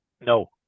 No